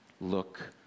look